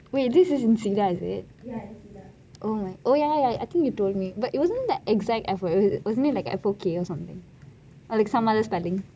wait this is in cedar is it oh ya ya I think you told me but wasn't it the exact F word wasn't it like for or something or like some other spelling